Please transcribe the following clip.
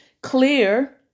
Clear